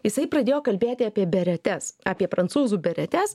jisai pradėjo kalbėti apie beretes apie prancūzų beretes